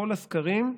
בכל הסקרים.